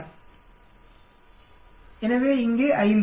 5 மாதிரிகள் உள்ளன எனவே இங்கே 5